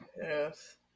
Yes